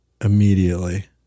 immediately